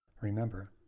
Remember